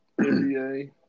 NBA